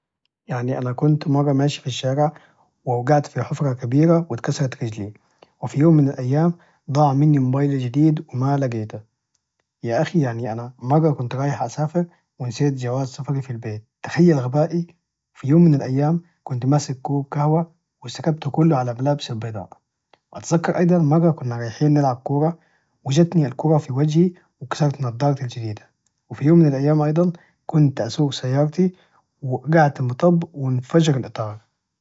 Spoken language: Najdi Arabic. يعني أنا كنت مرة ماشي في الشارع ووقعت في حفره كبيره واتكسرت رجلي وفي يوم من الأيام ضاع مني موبايلي جديد وما لجيته يااخي يعني أنا مرة كنت رايح أسافر ونسيت جواز سفري في البيت تخيل غبائي في يوم من الأيام كنت ماسك كوب قهوة وسكبته كله على ملابسي البيضاء أتذكر أيضا مرة كنا رايحين نلعب كورة وجاتني الكره في وجهي وكسرت نضارتي الجديده وفي يوم من الأيام أيضا كنت أسوج سيارتي ووجعت المطب وانفجر الإطار